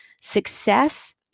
success